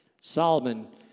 Solomon